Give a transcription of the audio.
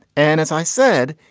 and as i said,